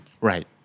right